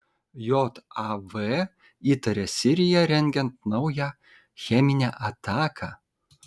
jav įtaria siriją rengiant naują cheminę ataką